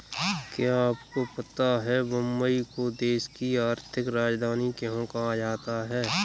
क्या आपको पता है मुंबई को देश की आर्थिक राजधानी क्यों कहा जाता है?